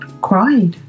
cried